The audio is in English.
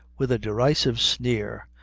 with a derisive sneer,